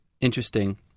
interesting